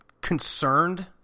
concerned